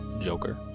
Joker